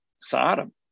Sodom